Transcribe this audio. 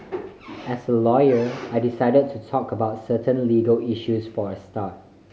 as a lawyer I decide to talk about certain legal issues for a start